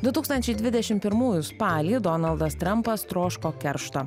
du tūkstančiai dvidešim pirmųjų spalį donaldas trampas troško keršto